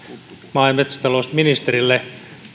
maa ja metsätalousministerille